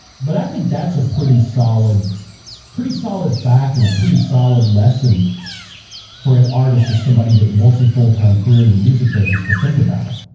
but i think that's a pretty solid pretty solid fact and a pretty solid lesson for an artist or somebody that wants a full-time career in the music business to think about